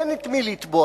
אין את מי לתבוע,